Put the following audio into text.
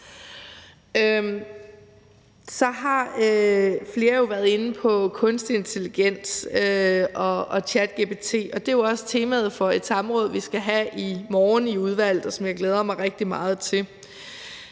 Så har flere jo været inde på kunstig intelligens og ChatGPT, og det er også temaet for et samråd, vi skal have i morgen i udvalget, og som jeg glæder mig rigtig meget til.